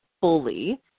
fully